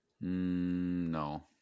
No